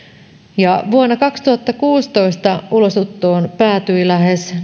vuonna kaksituhattakuusitoista ulosottoon päätyi lähes